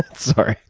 sorry,